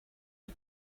are